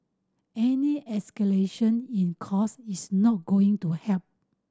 any escalation in cost is not going to help